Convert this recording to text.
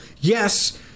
Yes